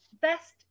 best